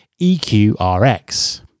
EQRX